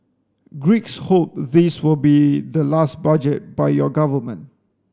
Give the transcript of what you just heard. Greeks hope this will be the last budget by your government